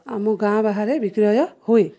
ଆମ ଗାଁ ବାହାରେ ବିକ୍ରୟ ହୁଏ